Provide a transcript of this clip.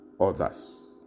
others